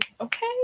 okay